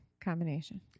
combination